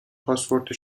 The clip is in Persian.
پاسپورت